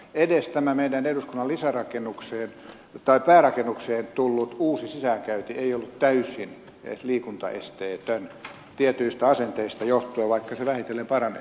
edes tähän meidän eduskuntamme päärakennukseen tullut uusi sisäänkäynti ei ollut täysin liikuntaesteetön tietyistä asenteista johtuen vaikka tilanne vähitellen paranee